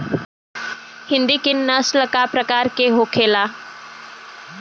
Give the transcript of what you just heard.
हिंदी की नस्ल का प्रकार के होखे ला?